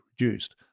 reduced